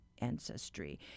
ancestry